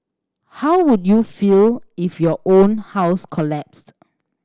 how would you feel if your own house collapsed